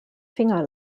finger